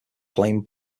plain